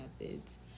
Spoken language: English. methods